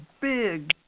big